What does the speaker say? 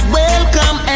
welcome